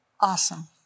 awesome